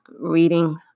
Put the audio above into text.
reading